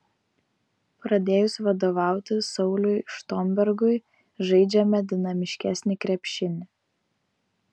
pradėjus vadovauti sauliui štombergui žaidžiame dinamiškesnį krepšinį